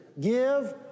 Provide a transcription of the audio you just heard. Give